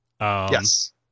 Yes